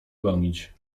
gonić